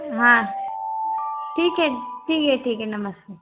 हाँ ठीक है ठीक है ठीक है नमस्ते